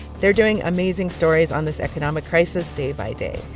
they're doing amazing stories on this economic crisis day by day.